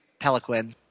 Peliquin